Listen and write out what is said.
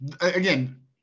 again